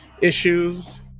issues